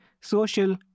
social